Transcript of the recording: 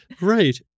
Right